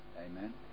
Amen